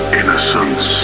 innocence